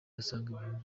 asanga